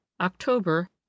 October